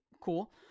cool